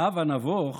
האב הנבוך